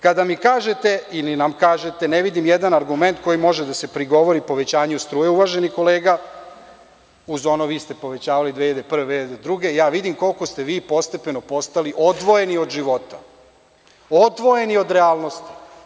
Kada mi kažete ili nam kažete – ne vidim nijedan argument kojim može da se prigovori povećanje struje, uvaženi kolega, uz ono – vi ste povećavali 2001. i 2002. godine, ja vidim koliko ste vi postepeno postali odvojeni od života, odvojeni od realnosti.